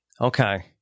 Okay